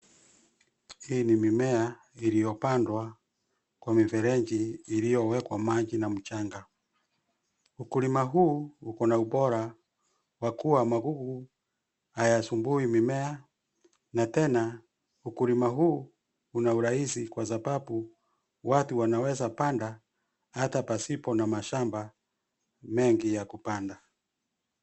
Hii ni mimea iliyopandwa kwa mifereji iliyowekwa maji na mchanga, ukulima huu uko na ubora kwa kuwa magugu hayasumbui mimea na tena ukulima huu una urahisi kwa sababu watu wanaweza panda hata pasipo na mashamba mengi ya kupanda.